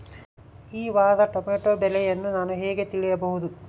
ಈ ವಾರದ ಟೊಮೆಟೊ ಬೆಲೆಯನ್ನು ನಾನು ಹೇಗೆ ತಿಳಿಯಬಹುದು?